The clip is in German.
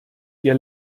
ihr